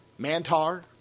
Mantar